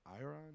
Iron